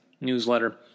newsletter